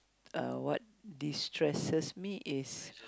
uh what destresses me is